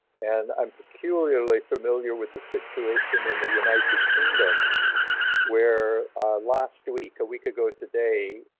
and i'm particularly familiar with the situation in the united kingdom where last week, a week ago today,